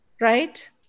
right